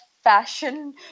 fashion